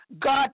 God